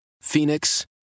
Phoenix